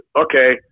okay